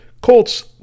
Colts